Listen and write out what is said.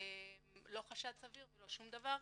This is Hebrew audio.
לא חשד סביר ולא שום דבר,